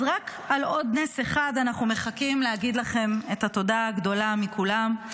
אז רק על עוד נס אחד אנחנו מחכים להגיד לכם את התודה הגדולה מכולן,